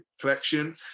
collection